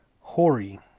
Hori